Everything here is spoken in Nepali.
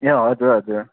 ए हजुर हजुर